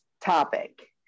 topic